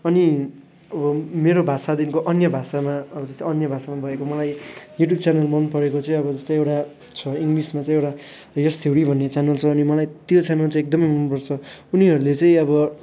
अनि अब मेरो भाषा देखिको अन्य भाषामा अब जस्तै अन्य भाषामा भएको मलाई युट्युब च्यानल मन परेको चाहिँ अब जस्तै एउटा छ इङ्लिसमा चाहिँ एउटा यस थिउरी भन्ने च्यानल अनि मलाई त्यो च्यानल चाहिँ एकदमै मन पर्छ उनीहरूले चाहिँ अब